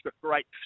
great